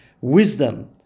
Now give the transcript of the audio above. wisdom